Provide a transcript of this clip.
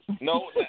No